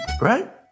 right